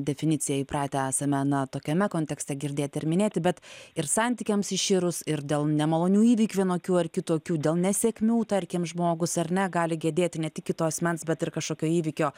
definiciją įpratę esame na tokiame kontekste girdėti ir minėti bet ir santykiams iširus ir dėl nemalonių įvykių vienokių ar kitokių dėl nesėkmių tarkim žmogus ar ne gali gedėti ne tik kito asmens bet ir kažkokio įvykio